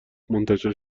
منتشر